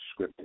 scripted